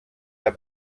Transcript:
der